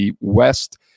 West